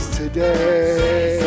today